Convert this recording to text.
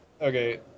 Okay